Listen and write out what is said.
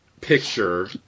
picture